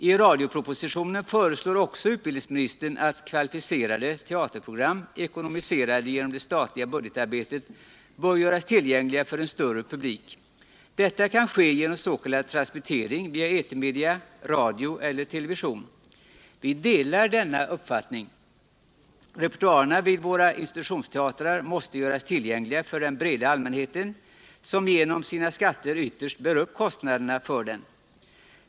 I radiopropositionen föreslår också utbildningsministern att kvalificerade teaterprogram, vilka är ekonomiserade genom det statliga budgetarbetet, bör göras tillgängliga för en större publik. Detta kan ske genom s.k. transmittering via etermedia, radio eller TV. Vi delar denna uppfattning. Repertoaren vid våra institutionsteatrar måste göras tillgänglig för den breda allmänheten, som genom sina skatter ytterst bär upp kostnaderna för den.